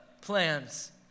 plans